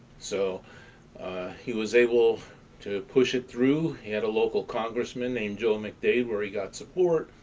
so he was able to push it through. he had a local congressman named joe mcdade, where he got support,